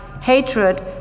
Hatred